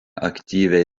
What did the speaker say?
aktyviai